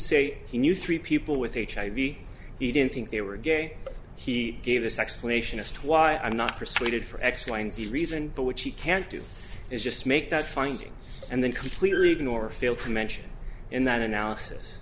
say he knew three people with hiv he didn't think they were gay he gave this explanation as to why i'm not persuaded for x y and z reason but which he can't do is just make that finding and then completely ignore or fail to mention in that analysis